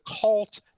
cult